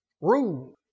rule